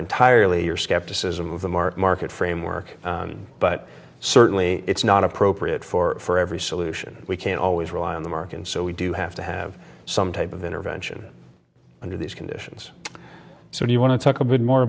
entirely your skepticism of the mark market framework but certainly it's not appropriate for every solution we can always rely on the mark and so we do have to have some type of intervention under these conditions so if you want to talk a bit more